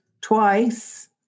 twice